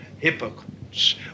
hypocrites